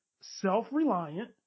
self-reliant